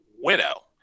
widow